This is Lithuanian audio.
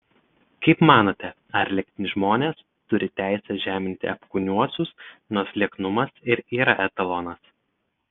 kaip manote ar liekni žmonės turi teisę žeminti apkūniuosius nors lieknumas ir yra etalonas